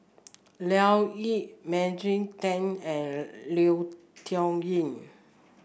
Leo Yip Maggie Teng and Lui Tuck Yew